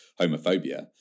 homophobia